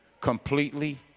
completely